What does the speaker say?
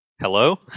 Hello